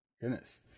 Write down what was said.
Goodness